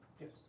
Yes